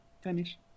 finish